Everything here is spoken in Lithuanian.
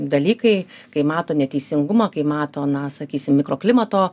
dalykai kai mato neteisingumą kai mato na sakysim mikroklimato